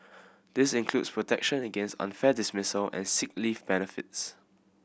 this includes protection against unfair dismissal and sick leave benefits